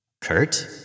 Kurt